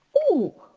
ooh,